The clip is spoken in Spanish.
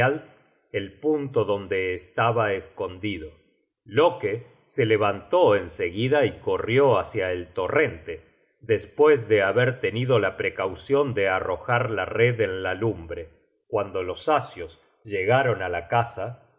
el punto donde estaba escondido loke se levantó en seguida y corrió hácia el torrente despues de haber tenido la precaucion de arrojar la red en la lumbre cuando los asios llegaron á la casa